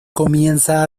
comienza